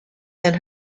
and